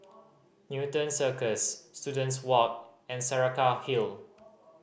Newton Cirus Students Walk and Saraca Hill